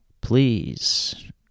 Please